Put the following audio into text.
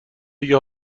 دیگه